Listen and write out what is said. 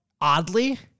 oddly